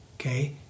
Okay